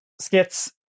skits